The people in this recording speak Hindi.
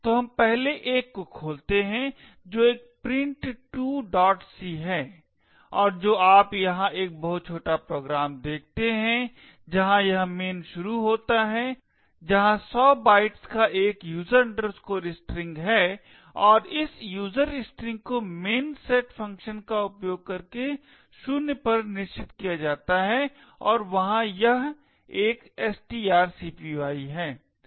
तो हम पहले एक को खोलते हैं जो एक Print2c है और जो आप यहां एक बहुत छोटा प्रोग्राम देखते हैं जहां यह main शुरू होता है जहां 100 बाइट्स का एक user string है और इस user string को main set function का उपयोग करके 0 पर निश्चित किया जाता है और वहां यह एक strcpy है